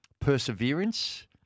Perseverance